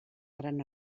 gran